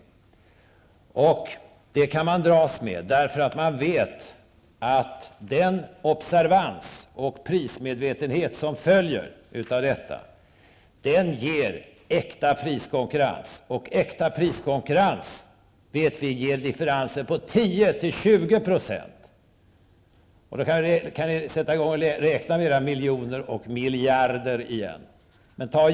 Det kan man dras med, därför att man vet att den observans och prismedvetenhet som följer av detta ger äkta priskonkurrens. Och äkta priskonkurrens ger, det vet vi, prisdifferenser på 10--20 %. Då kan ni sätta i gång och räkna era miljoner och miljarder igen.